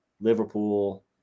Liverpool